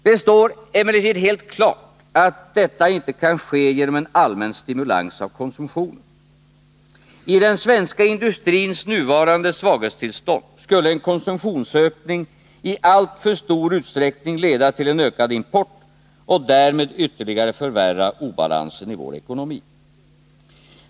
Det står emellertid helt klart att detta inte kan ske genom en allmän stimulans av konsumtionen. I den svenska industrins nuvarande svaghetstillstånd skulle en konsumtionsökning i alltför stor utsträckning leda till en ökad import och därmed ytterligare förvärra obalansen i vår ekonomi.